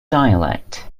dialect